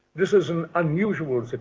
this is an unusual